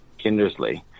Kindersley